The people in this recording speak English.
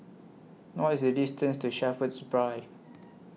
What IS The distance to Shepherds Drive